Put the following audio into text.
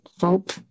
hope